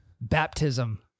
Baptism